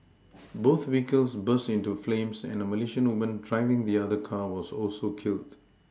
both vehicles burst into flames and a Malaysian woman driving the other car was also killed